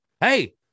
Hey